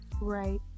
Right